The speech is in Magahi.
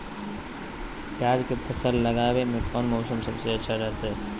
प्याज के फसल लगावे में कौन मौसम सबसे अच्छा रहतय?